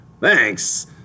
Thanks